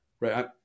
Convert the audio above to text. right